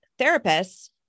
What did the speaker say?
therapists